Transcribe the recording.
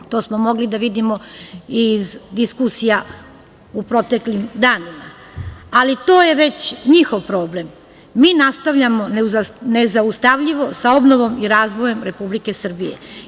To smo mogli da vidimo iz diskusija u proteklim danima, ali to je već njihov problem, mi nastavljamo nezaustavljivo sa obnovom i razvojem Republike Srbije.